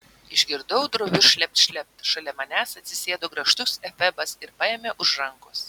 išgirdau drovius šlept šlept šalia manęs atsisėdo grakštus efebas ir paėmė už rankos